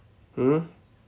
mm